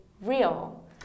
real